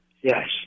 Yes